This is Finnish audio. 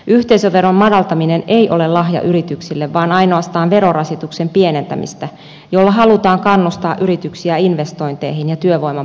yhteisöveron madaltaminen ei ole lahja yrityksille vaan ainoastaan verorasituksen pienentämistä jolla halutaan kannustaa yrityksiä investointeihin ja työvoiman palkkaamiseen